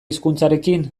hizkuntzarekin